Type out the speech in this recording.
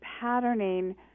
patterning